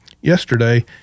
yesterday